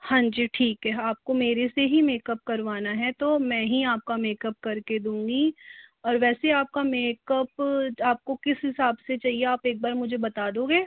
हाँ जी ठीक हैं आपको मेरे से ही मेकअप करवाना है तो मैं ही आपका मेकअप करके दूँगी और वैसे आपका मेकअप आपको किस हिसाब से चाहिए आप एक बार मुझे बता दोंगे